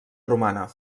romana